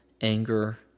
anger